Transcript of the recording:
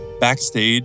Backstage